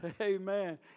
Amen